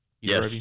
Yes